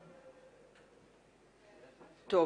הגר סלקטר ממשרד המשפטים הצטרפה אלינו.